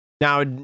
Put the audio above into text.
Now